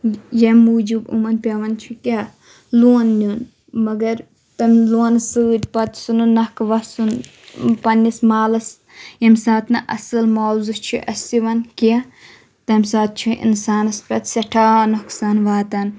ییٚمہِ موٗجوٗب یِمَن پیٚوَن چھُ کیٛاہ لون نیُن مگر تَمہِ لونہٕ سۭتۍ پَتہٕ سُہ نہٕ نَکھٕ وَسُن پنٛنِس مالَس ییٚمہِ ساتہٕ نہٕ اَصٕل مُعاوضہٕ چھِ اَسہِ یِوَان کینٛہہ تَمہِ ساتہٕ چھُ اِنسانَس پَتہٕ سیٚٹھاہ نۄقصان واتان